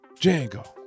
Django